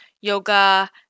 yoga